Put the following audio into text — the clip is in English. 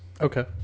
okay